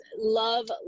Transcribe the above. love